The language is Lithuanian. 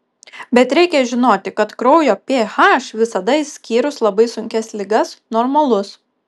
bet reikia žinoti kad kraujo ph visada išskyrus labai sunkias ligas normalus